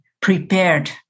prepared